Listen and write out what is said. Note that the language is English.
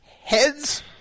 heads